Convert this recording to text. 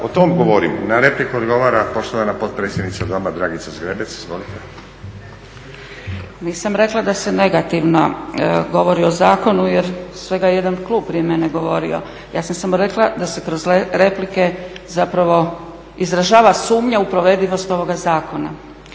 Zahvaljujem. Na repliku odgovara poštovana potpredsjednica Doma Dragica Zgrebec. Izvolite. **Zgrebec, Dragica (SDP)** Nisam rekla da se negativno govori o zakonu jer je svega jedan klub prije mene govorio. Ja sam samo rekla da se kroz replike zapravo izražava sumnja u provedivost ovoga zakona.